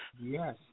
Yes